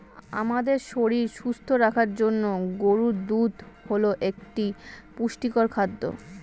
আমাদের শরীর সুস্থ রাখার জন্য গরুর দুধ হল একটি পুষ্টিকর খাদ্য